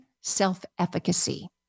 self-efficacy